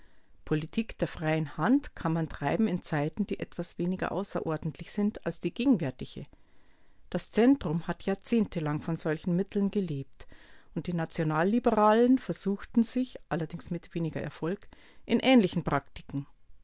politik der freien hand kann man treiben in zeiten die etwas weniger außerordentlich sind als die gegenwärtige das zentrum hat jahrzehntelang von solchen mitteln gelebt und die nationalliberalen versuchten sich allerdings mit weniger erfolg in ähnlichen praktiken